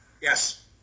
yes